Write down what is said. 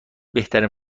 بهترین